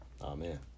Amen